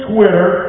Twitter